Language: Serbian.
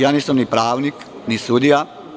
Ja nisam ni pravnik, ni sudija.